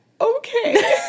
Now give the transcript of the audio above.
okay